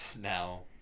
now